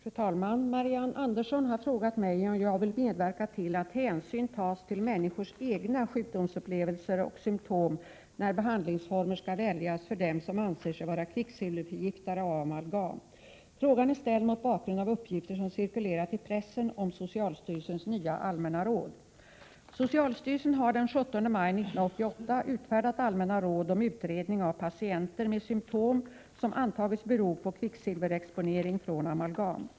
Fru talman! Marianne Andersson har frågat mig om jag vill medverka till att hänsyn tas till människors egna sjukdomsupplevelser och symtom när behandlingsformer skall väljas för dem som anser sig vara kvicksilverförgiftade av amalgam. Frågan är ställd mot bakgrund av uppgifter som cirkulerat i pressen om socialstyrelsens nya allmänna råd. Socialstyrelsen har den 17 maj 1988 utfärdat allmänna råd om utredning av patienter med symtom som antagits bero på kvicksilverexponering från amalgam.